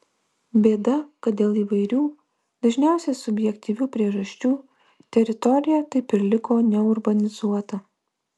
bėda kad dėl įvairių dažniausiai subjektyvių priežasčių teritorija taip ir liko neurbanizuota